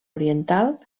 oriental